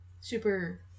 Super